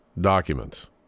documents